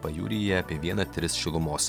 pajūryje apie vieną tris šilumos